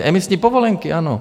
Emisní povolenky, ano.